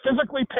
physically